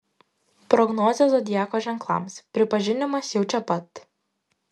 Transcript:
prognozė zodiako ženklams pripažinimas jau čia pat